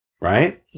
Right